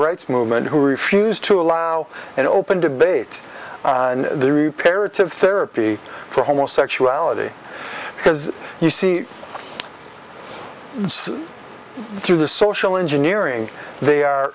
rights movement who refused to allow an open debate on the repair it of therapy for homosexuality because you see through the social engineering they are